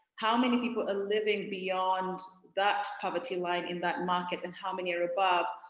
how many people are living beyond that poverty line in that market and how many are above?